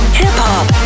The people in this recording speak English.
hip-hop